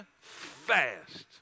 fast